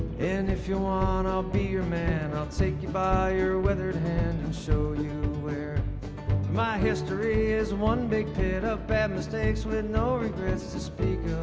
and if you want ah and i'll be your man i'll take you by your weathered hand and show you where my history is one big pit of bad mistakes with and no regrets to speak